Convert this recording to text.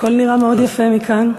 הכול נראה מאוד יפה מכאן.